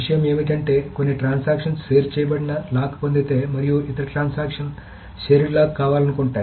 విషయం ఏమిటంటే కొన్ని ట్రాన్సాక్షన్ షేర్ చేయబడిన లాక్ పొందితే మరియు ఇతర ట్రాన్సాక్షన్ షేర్డ్ లాక్ కావాలను కుంటాయి